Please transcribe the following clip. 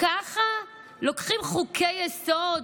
ככה לוקחים חוקי-יסוד?